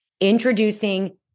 introducing